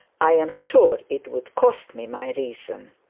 i am sure it would cost me my reason.